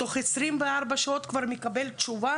תוך 24 שעות כבר מקבל תשובה